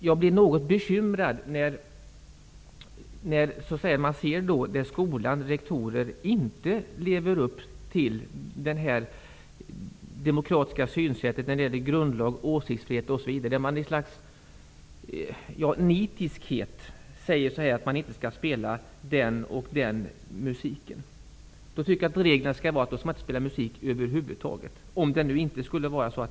Jag blir något bekymrad när skolor och rektorer inte lever upp till ett demokratiskt synsätt när det gäller grundlag, åsiktsfrihet m.m., när de i ett slags nitiskhet säger att en viss musik inte skall spelas. Jag tycker att reglerna i så fall skall vara att musik över huvud taget inte skall spelas.